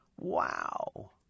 Wow